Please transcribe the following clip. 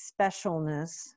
specialness